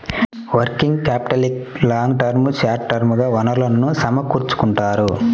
working క్యాపిటల్కి long term, short term గా వనరులను సమకూర్చుకుంటారు